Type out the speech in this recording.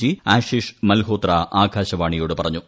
G Ashish Malhotra ആകാശവാണിയോട് പറഞ്ഞു